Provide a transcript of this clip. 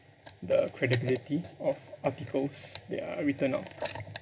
the credibility of articles that are written out